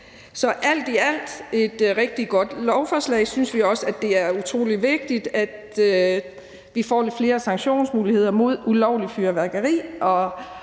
i alt er det et rigtig godt lovforslag, og vi synes også, at det er utrolig vigtigt, at vi får lidt flere sanktionsmuligheder mod ulovligt fyrværkeri